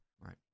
right